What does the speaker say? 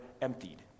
emptied